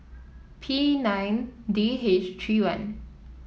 P nine D H three one